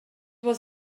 was